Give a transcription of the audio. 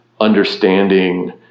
understanding